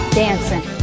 dancing